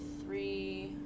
three